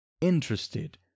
interested